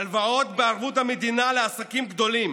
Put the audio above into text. הלוואות בערבות המדינה לעסקים גדולים,